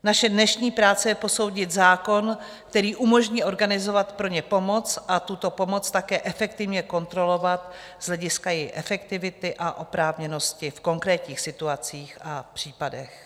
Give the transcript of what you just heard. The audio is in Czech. Naše dnešní práce je posoudit zákon, který umožní organizovat pro ně pomoc a tuto pomoc také efektivně kontrolovat z hlediska její efektivity a oprávněnosti v konkrétních situacích a případech.